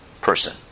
person